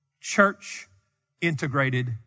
church-integrated